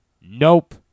nope